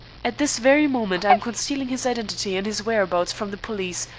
at this very moment i am concealing his identity and his whereabouts from the police,